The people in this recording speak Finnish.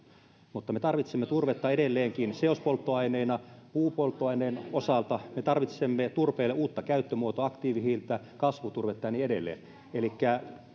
mutta me tarvitsemme turvetta edelleenkin seospolttoaineena puupolttoaineen osalta ja me tarvitsemme turpeelle uutta käyttömuotoa aktiivihiiltä kasvuturvetta ja niin edelleen elikkä